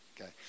okay